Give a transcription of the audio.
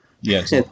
Yes